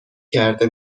کرده